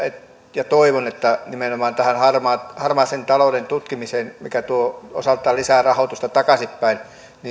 ja toivon että nimenomaan tähän harmaan harmaan talouden tutkimiseen mikä tuo osaltaan lisää rahoitusta takaisinpäin